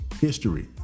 history